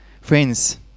Friends